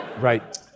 Right